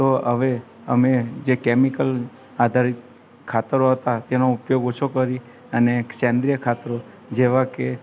તો હવે અમે જે કેમિકલ આધારિત ખાતરો હતાં તેનો ઉપયોગ ઓછો કરી અને સેન્દ્રીય ખાતરો જેવાં કે